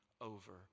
over